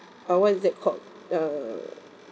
uh what is that called uh